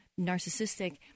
narcissistic